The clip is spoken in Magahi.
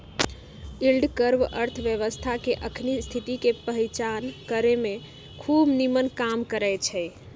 यील्ड कर्व अर्थव्यवस्था के अखनी स्थिति के पहीचान करेमें खूब निम्मन काम करै छै